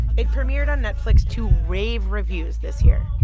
it premiered on netflix to rave reviews this year.